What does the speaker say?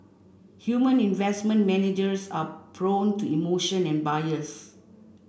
human investment managers are prone to emotion and bias